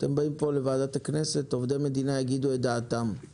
אתם פה לוועדת הכנסת, עובדי המדינה יגידו את דעתם.